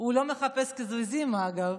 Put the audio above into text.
הוא לא מחפש קיזוזים, אגב.